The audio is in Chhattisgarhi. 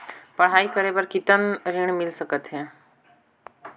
पढ़ाई करे बार कितन ऋण मिल सकथे?